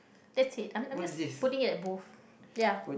that's it I'm I'm just putting it as both ya